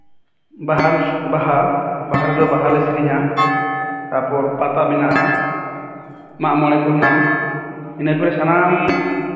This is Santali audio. ᱵᱟᱦᱟᱱ ᱵᱟᱦᱟ ᱵᱟᱦᱟ ᱨᱮᱫᱚ ᱵᱟᱦᱟᱞᱮ ᱥᱮᱨᱮᱧᱟ ᱛᱟᱯᱚᱨ ᱯᱟᱛᱟ ᱢᱮᱱᱟᱜᱼᱟ ᱢᱟᱜ ᱢᱚᱬᱮ ᱠᱚ ᱦᱮᱱᱟᱜᱼᱟ ᱤᱱᱟᱹᱠᱚᱨᱮ ᱥᱟᱱᱟᱢ